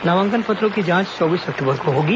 नामांकन पत्रों की जांच चौबीस अक्टूबर को होगी